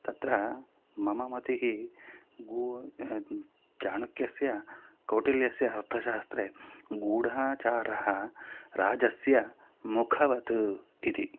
तत्र मम मतिः गूढः चाणक्यस्य कौटिल्यस्य अर्थशास्त्रे गूढचारः राजस्य मुखवत् इति